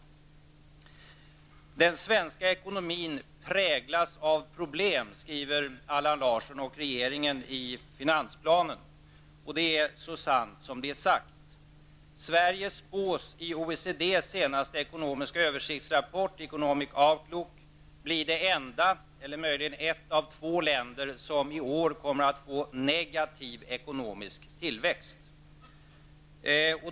Den svenska ekonomin präglas av problem, skriver Allan Larsson och regeringen i finansplanen. Det är så sant som det är sagt. Sverige förutspås i Outlook, bli det enda land eller möjligen ett av två länder som i år kommer att få negativ ekonomisk tillväxt.